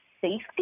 safety